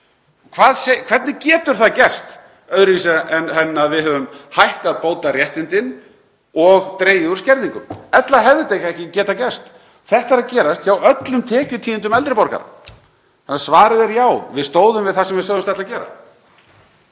Hvernig getur það gerst öðruvísi en að við höfum hækkað bótaréttindin og dregið úr skerðingum? Ella hefði þetta ekki getað gerst. Þetta er að gerast hjá öllum tekjutíundum eldri borgara. Þannig að svarið er já. Við stóðum við það sem við sögðumst ætla að gera.